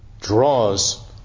draws